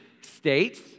States